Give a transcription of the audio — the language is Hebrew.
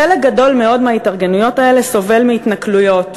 חלק גדול מאוד מההתארגנויות האלה סובל מהתנכלויות,